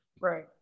Right